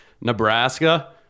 Nebraska